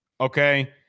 okay